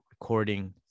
recording